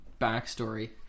backstory